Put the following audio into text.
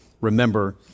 remember